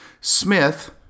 Smith